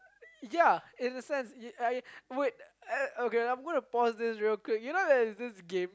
ya in a senseI I wait uh okay I'm gonna pause this real quick you know there is this game